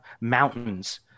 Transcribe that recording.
mountains